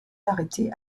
l’arrêter